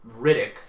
Riddick